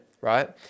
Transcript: right